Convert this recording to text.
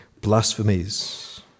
blasphemies